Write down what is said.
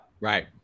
right